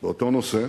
באותו נושא.